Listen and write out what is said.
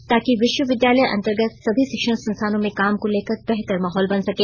ताकि विश्वविद्यालय अंतर्गत सभी शिक्षण संस्थानों में काम को लेकर बेहतर माहौल बन सके